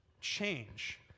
change